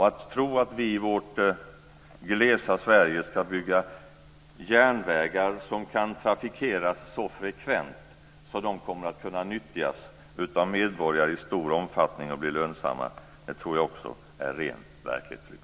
Att tro att vi i vårt glesa Sverige ska bygga järnvägar som kan trafikeras så frekvent att de kommer att kunna nyttjas av medborgare i stor omfattning och bli lönsamma tror jag också är ren verklighetsflykt.